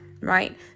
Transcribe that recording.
right